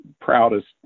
proudest